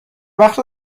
بخش